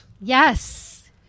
Yes